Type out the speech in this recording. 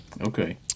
Okay